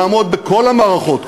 לעמוד בכל המערכות,